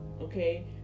okay